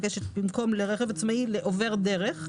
במקום לרכב העצמאי יבוא - לעובר דרך,